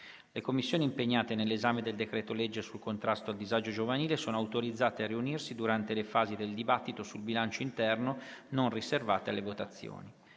Le Commissioni impegnate nell'esame del decreto-legge sul contrasto al disagio giovanile sono autorizzate a riunirsi durante le fasi del dibattito sul bilancio interno non riservate alle votazioni.